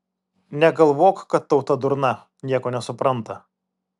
negalvok kad tauta durna nieko nesupranta